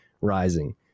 rising